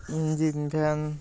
engine van